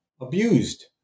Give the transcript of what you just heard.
abused